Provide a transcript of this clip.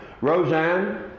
Roseanne